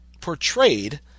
portrayed